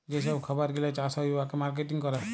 যে ছব খাবার গিলা চাষ হ্যয় উয়াকে মার্কেটিং ক্যরে